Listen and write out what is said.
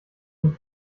den